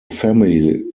family